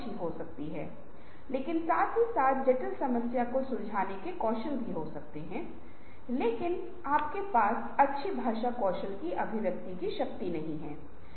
तो यह बुद्धिशीलता को लागू करके बहुत सारे विचार बनाता है और एक वैकल्पिक विकास और खिंचाव मैट्रिक्स है